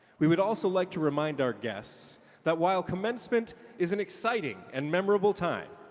we would also like to remind our guests that while commencement is an exciting and memorable time,